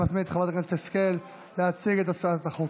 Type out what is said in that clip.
אני מזמין את חברת הכנסת השכל להציג את הצעת החוק.